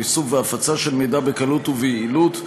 איסוף והפצה של מידע בקלות וביעילות,